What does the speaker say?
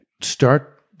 start